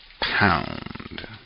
Pound